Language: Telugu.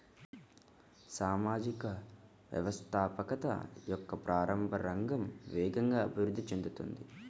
సామాజిక వ్యవస్థాపకత యొక్క ప్రారంభ రంగం వేగంగా అభివృద్ధి చెందుతోంది